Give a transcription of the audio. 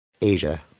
Asia